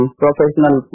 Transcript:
professional